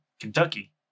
Kentucky